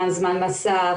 גם זמן מסך,